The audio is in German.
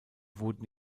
wurden